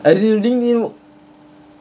as in Linkedin wh~